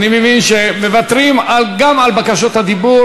אני מבין שמוותרים גם על בקשות הדיבור,